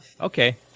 Okay